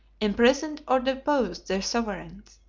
imprisoned or deposed their sovereigns,